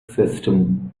system